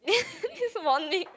this morning